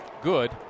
good